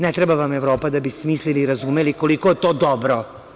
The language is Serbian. Ne treba vam Evropa da bi smislili i razumeli koliko je to dobro.